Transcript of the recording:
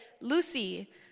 Lucy